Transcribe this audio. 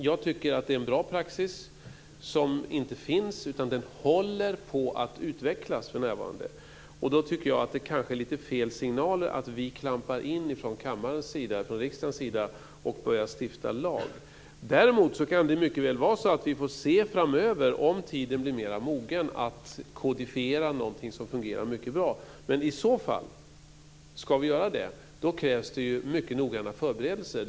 Jag tycker att vi har en bra praxis som inte finns, utan som håller på att utvecklas för närvarande. Därför tycker jag att det kanske ger lite fel signaler om vi klampar in från riksdagens sida och börjar stifta lag. Däremot kan det mycket väl vara så att vi kan se framöver att tiden blir mer mogen för att kodifiera någonting som fungerar mycket bra. I så fall - om vi ska göra det - så krävs det mycket noggranna förberedelser.